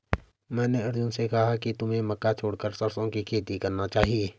मैंने अर्जुन से कहा कि तुम्हें मक्का छोड़कर सरसों की खेती करना चाहिए